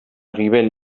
gibel